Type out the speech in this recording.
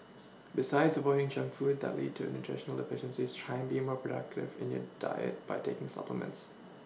besides avoiding junk food that lead to in the nutritional deficiencies trying be more proactive in your diet by taking supplements